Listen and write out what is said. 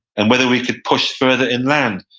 and whether we could push further inland.